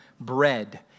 bread